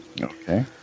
Okay